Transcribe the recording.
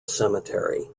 cemetery